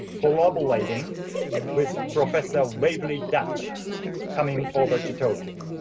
collaborating with professor waverly deutsch coming over to tokyo.